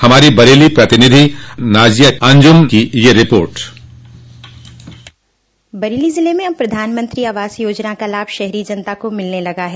हमारी बरेली प्रतिनिधि अंजुम नाजिया की एक रिपोर्ट बरेली जिले में अब प्रधानमंत्री आवास योजना का लाभ शहरी जनता को मिलने लगा है